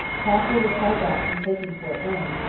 procter was held back from taking fort wayne,